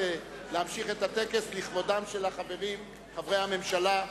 להמשיך את הטקס לכבודם של החברים, חברי הממשלה.